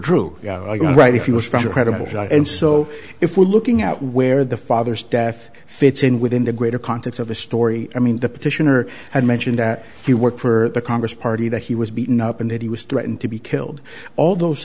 going right if you will from a credible end so if we're looking at where the father's death fits in within the greater context of the story i mean the petitioner had mentioned that he worked for the congress party that he was beaten up and that he was threatened to be killed all those